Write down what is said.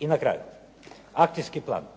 I na kraju akcijski plan.